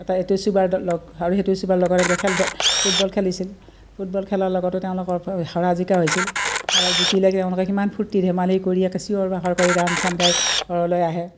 এটা এইটো চুবাৰ লগ আৰু সেইটো চুবাৰ লগত এনেকৈ খেল ফুটবল খেলিছিল ফুটবল খেলাৰ লগতো তেওঁলোকৰ হৰা জিকা হৈছিল আৰ জিকিলে তেওঁলোকে কিমান ফূৰ্তি ধেমালি কৰি একে চিঞৰ বাখৰ কৰি গান চান গাই ঘৰলৈ আহে